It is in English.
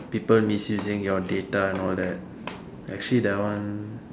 people misusing your data and all that actually that one